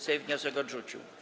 Sejm wniosek odrzucił.